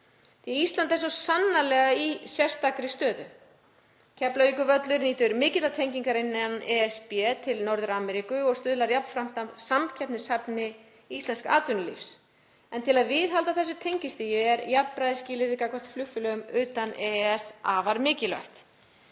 Ísland er svo sannarlega í sérstakri stöðu. Keflavíkurvöllur nýtur mikillar tengingar innan ESB til Norður-Ameríku og stuðlar jafnframt að samkeppnishæfni íslensks atvinnulífs. En til að viðhalda þessu tengistigi er jafnræðisskilyrði gagnvart flugfélögum utan EES afar mikilvægt.